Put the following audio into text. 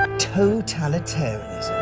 ah totalitarianism.